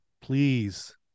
please